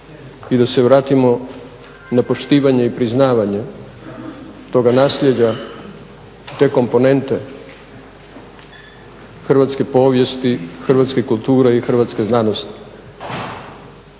i da se vratimo na poštivanje i priznavanje toga nasljeđa te komponente hrvatske povijesti, hrvatske kulture i hrvatske znanosti.